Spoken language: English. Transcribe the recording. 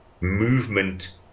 movement